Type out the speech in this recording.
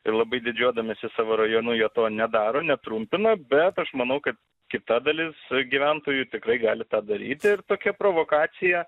ir labai didžiuodamiesi savo rajonu jie to nedaro netrumpina bet aš manau kad kita dalis gyventojų tikrai gali tą darytis ir tokią provokaciją